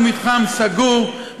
הוא מתחם סגור,